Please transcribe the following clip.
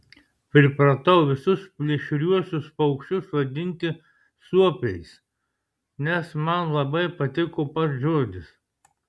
pripratau visus plėšriuosius paukščius vadinti suopiais nes man labai patiko pats žodis